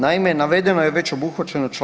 Naime, navedeno je već obuhvaćeno čl. 5.